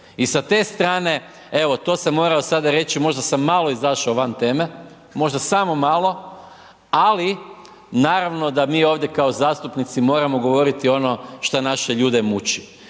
I sa te strane, evo, to sam moramo sada reći, možda sam malo izašao van teme, možda samo malo, ali naravno da mi ovdje kao zastupnici moramo govoriti ono šta naše ljude muči.